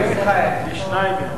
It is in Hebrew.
יש שניים.